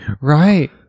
right